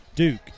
Duke